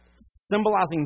symbolizing